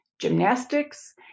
gymnastics